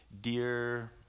Dear